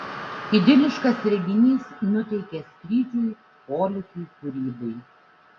idiliškas reginys nuteikia skrydžiui polėkiui kūrybai